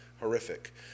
horrific